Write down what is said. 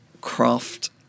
craft